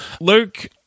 luke